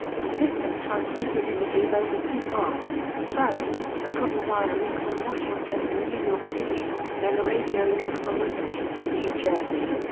the system transmitted images over two paths first, a copper wire link from washington to new york city, then a radio link from whippany, new jersey.